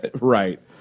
right